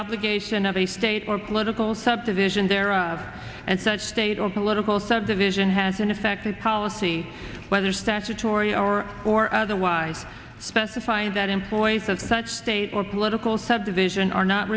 obligation of a state or political subdivision there and such state or political subdivision has an effective policy whether statutory or or otherwise specified that employs as such state or political subdivision are not